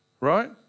Right